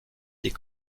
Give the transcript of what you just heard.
des